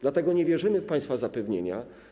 Dlatego nie wierzymy w państwa zapewnienia.